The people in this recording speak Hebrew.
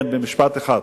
כן, במשפט אחד.